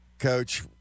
coach